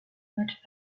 match